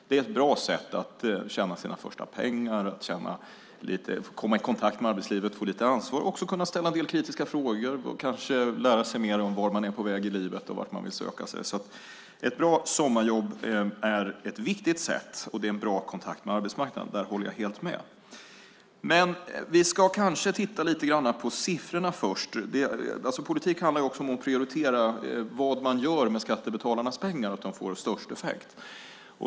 Det är ett bra sätt att tjäna sina första pengar, komma i kontakt med arbetslivet, få lite ansvar, ställa en del kritiska frågor och kanske lära sig mer om vart man är på väg i livet och vart man vill söka sig. Ett bra sommarjobb är ett viktigt sätt och en bra kontakt med arbetsmarknaden. Det håller jag helt med om. Men vi ska kanske titta lite på siffrorna först. Politik handlar också om att prioritera vad man gör med skattebetalarnas pengar så att de får störst effekt.